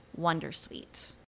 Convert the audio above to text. Wondersuite